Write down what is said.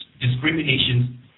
discrimination